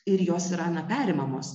ir jos yra na perimamos